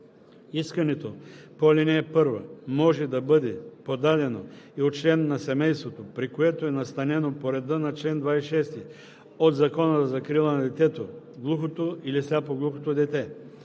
Искането по ал. 1 може да бъде подадено и от член на семейството, при което е настанено по реда на чл. 26 от Закона за закрила на детето глухото или сляпо-глухото дете.